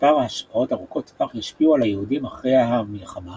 שמספר השפעות ארוכות טווח ישפיעו על היהודים אחרי המלחמה